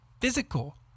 physical